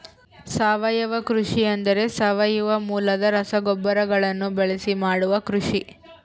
ಸಾವಯವ ಕೃಷಿ ಎಂದರೆ ಸಾವಯವ ಮೂಲದ ರಸಗೊಬ್ಬರಗಳನ್ನು ಬಳಸಿ ಮಾಡುವ ಕೃಷಿ